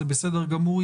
זה בסדר גמור,